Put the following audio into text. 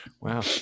wow